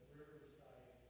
Riverside